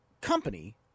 company